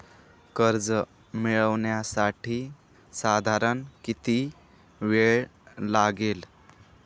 कर्ज मिळविण्यासाठी साधारण किती वेळ लागेल?